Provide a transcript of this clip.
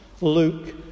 Luke